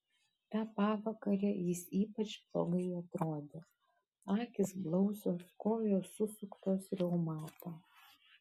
tą pavakarę jis ypač blogai atrodė akys blausios kojos susuktos reumato